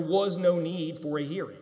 was no need for a hear